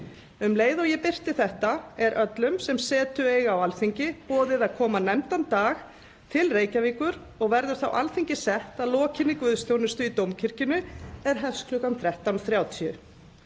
Um leið og ég birti þetta er öllum, sem setu eiga á Alþingi, boðið að koma nefndan dag til Reykjavíkur, og verður þá Alþingi sett að lokinni guðsþjónustu í Dómkirkjunni er hefst kl. 13:30.